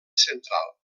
central